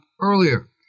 earlier